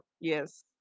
yes